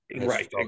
Right